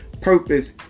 purpose